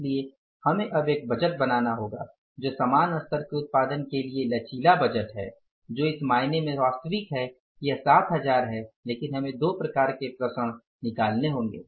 इसलिए हमें अब एक बजट बनाना होगा जो समान स्तर के उत्पादन के लिए लचीला बजट है जो इस मायने में वास्तविक है कि यह 7000 है लेकिन हमें दो प्रकार के विचरण निकलने होंगे